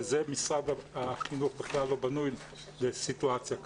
משרד החינוך בכלל לא בנוי לסיטואציה זו.